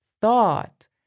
thought